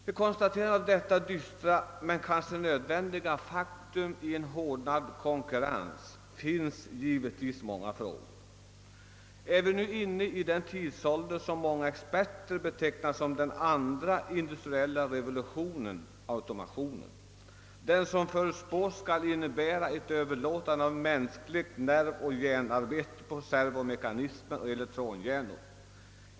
Vid konstaterandet av dessa dystra men i en hårdnande konkurrens kanske nödvändiga fakta frågar man sig, om vi nu är inne i den tidsålder som många experter betecknar som den andra industriella revolutionen, automationen, den som förutspås innebära ett överlåtande av mänskligt hjärnoch nervarbete på servomekanism och elektronhjärnor.